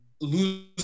Lose